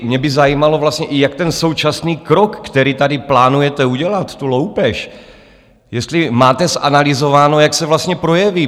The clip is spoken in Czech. Mě by zajímalo vlastně, i jak ten současný krok, který tady plánujete udělat, tu loupež, jestli máte zanalyzováno, jak se vlastně projeví.